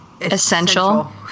essential